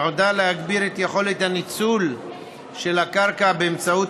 נועדה להגביר את יכולת הניצול של הקרקע באמצעות